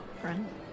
Friend